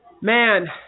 Man